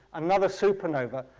another supernova,